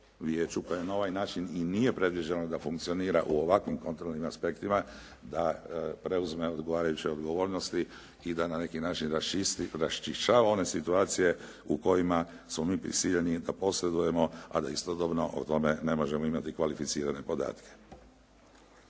vijeću koje na ovaj način i nije predviđeno da funkcionira u ovakvim kontrolnim aspektima da preuzme odgovarajuće odgovornosti i da na neki način raščisti, raščišćava one situacije u kojima smo mi prisiljeni da posredujemo a da istodobno o tome ne možemo imati kvalificirane podatke.